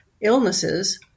illnesses